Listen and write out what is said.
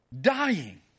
dying